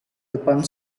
depan